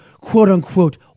quote-unquote